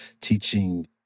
teaching